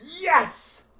Yes